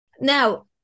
now